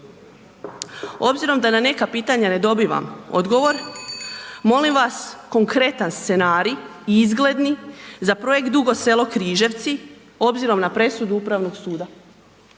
Obzirom da na neka pitanja ne dobivam odgovor molim vas konkretan scenarij, izgledni za projekt Dugo Selo-Križevci obzirom na presudu upravnog suda,